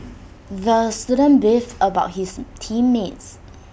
the student beefed about his team mates